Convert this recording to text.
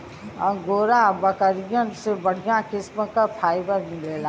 angora बकरियन से बढ़िया किस्म क फाइबर मिलला